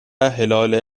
هلال